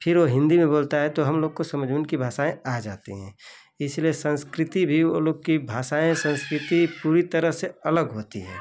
फिर वो हिन्दी में बोलता है तो हम लोग को समझ में उनकी भाषाएँ आ जाती हैं इसलिए संस्कृति भी वो लोग की भाषाएँ संस्कृति पूरी तरह से अलग होती है